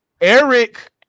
Eric